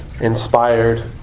inspired